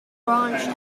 branched